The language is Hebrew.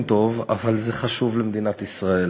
אבל זה חשוב למדינת ישראל.